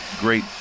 great